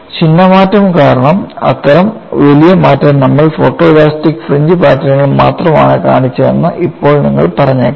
ചിഹ്ന മാറ്റം കാരണം അത്തരം വലിയ മാറ്റം നമ്മൾ ഫോട്ടോലാസ്റ്റിക് ഫ്രിഞ്ച് പാറ്റേണുകൾ മാത്രമാണ് കാണിച്ചതെന്ന് ഇപ്പോൾ നിങ്ങൾ പറഞ്ഞേക്കാം